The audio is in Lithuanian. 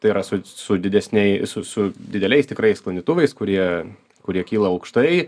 tai yra su su didesniai su su dideliais tikrai sklandytuvais kurie kurie kyla aukštai